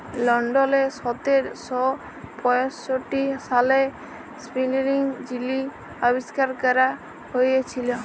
লল্ডলে সতের শ পঁয়ষট্টি সালে ইস্পিলিং যিলি আবিষ্কার ক্যরা হঁইয়েছিল